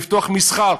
לפתוח מסחר.